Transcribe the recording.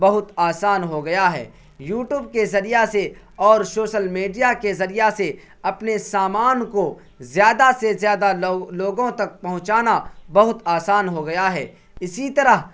بہت آسان ہو گیا ہے یو ٹوب کے ذریعہ سے اور سوشل میڈیا کے ذریعہ سے اپنے سامان کو زیادہ سے زیادہ لوگوں تک پہنچانا بہت آسان ہو گیا ہے اسی طرح